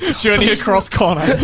journey across connor.